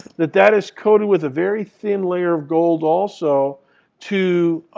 that that is coated with a very thin layer of gold also to